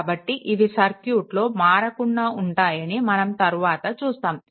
కాబట్టి ఇవి సర్క్యూట్లో మారకుండా ఉంటాయని మనం తరువాత చూస్తాము